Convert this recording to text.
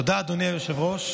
תודה, אדוני היושב-ראש.